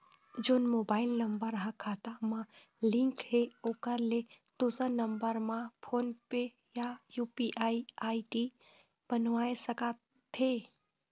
जोन mobile number हा खाता मा लिन्क हे ओकर ले दुसर नंबर मा फोन पे या यू.पी.आई आई.डी बनवाए सका थे?